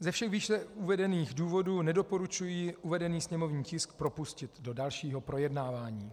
Ze všech výše uvedených důvodů nedoporučuji uvedený sněmovní tisk propustit do dalšího projednávání.